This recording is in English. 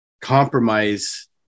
compromise